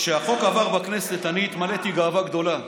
כשהחוק עבר בכנסת אני התמלאתי גאווה גדולה.